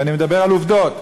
ואני מדבר על עובדות,